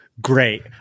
great